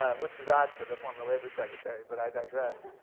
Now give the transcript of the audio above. ah which is odd for the former labor secretary, but i digress.